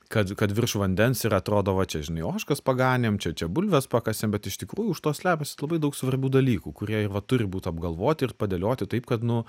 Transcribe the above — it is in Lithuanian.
kad kad virš vandens ir atrodo va čia žinai ožkas paganėm čia čia bulves pakasėm bet iš tikrųjų už to slepiasi labai daug svarbių dalykų kurie va turi būt apgalvoti ir padėlioti taip kad nu